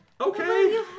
okay